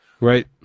right